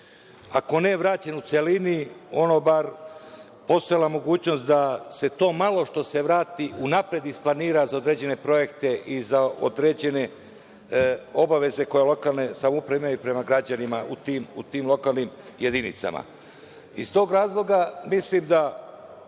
ako ne vraćen u celini, ono bar postojala mogućnost da se to malo što se vrati unapred isplanira za određene projekte i za određene obaveze koje lokalne samouprave imaju prema građanima u tim lokalnim jedinicama. Iz tog razloga mislim da